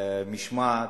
משמעת,